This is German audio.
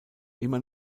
immer